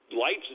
lights